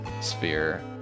sphere